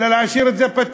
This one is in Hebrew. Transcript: אלא להשאיר את זה פתוח.